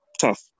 tough